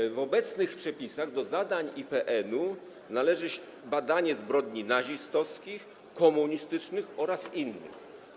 Zgodnie z obecnymi przepisami do zadań IPN-u należy badanie zbrodni nazistowskich, komunistycznych oraz innych.